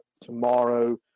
tomorrow